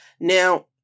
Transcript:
Now